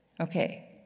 Okay